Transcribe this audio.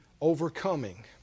overcoming